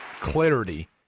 clarity